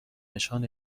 نشان